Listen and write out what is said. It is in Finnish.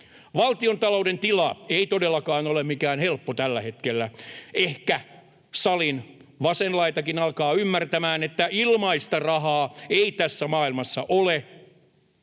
Valtiontalouden tila ei todellakaan ole mikään helppo tällä hetkellä. Ehkä salin vasen laitakin alkaa ymmärtämään, että ilmaista rahaa ei tässä maailmassa ole.